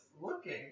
looking